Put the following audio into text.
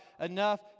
enough